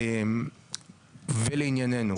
ולענייננו.